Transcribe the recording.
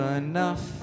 enough